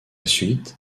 suite